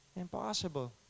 impossible